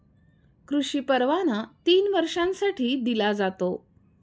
कृषी परवाना तीन वर्षांसाठी दिला जातो